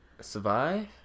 Survive